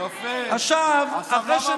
עכשיו, יפה.